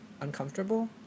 uncomfortable